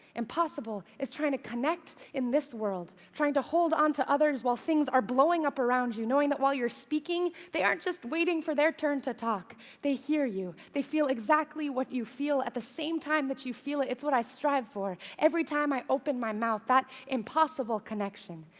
impossible is trying to connect in this world, trying to hold onto others while things are blowing up around you, knowing that while you're speaking, they aren't just waiting for their turn to talk they hear you. they feel exactly what you feel at the same time that you feel it. it's what i strive for every time i open my mouth that impossible connection.